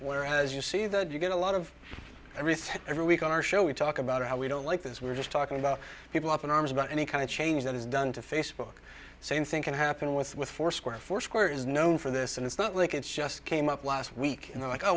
whereas you see that you get a lot of everything every week on our show we talk about how we don't like this we're just talking about people up in arms about any kind of change that is done to facebook same thing can happen with with foursquare foursquare is known for this and it's not like it's just came up last week you know like oh